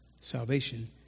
Salvation